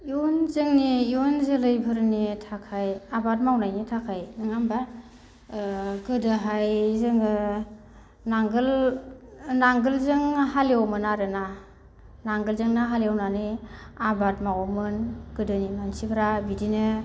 इयुन जोंनि इयुन जोलैफोरनि थाखाय आबाद मावनायनि थाखाय नङा होमबा ओ गोदोहाय जोङो नांगोल नांगोलजों हालएवोमोन आरोना नांगोलजोंनो हालएवनानै आबाद मावोमोन गोदोनि मानसिफोरा बिदिनो